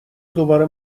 دوباره